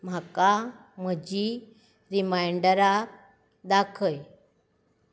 म्हाका म्हजीं रिमायंडरां दाखय